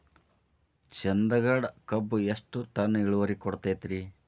ಚಂದಗಡ ಕಬ್ಬು ಎಷ್ಟ ಟನ್ ಇಳುವರಿ ಕೊಡತೇತ್ರಿ?